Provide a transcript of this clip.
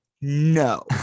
no